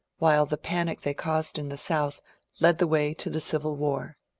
while the panic they caused in the south led the way to the civil war.